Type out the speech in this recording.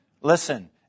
Listen